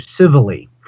civilly